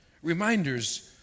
reminders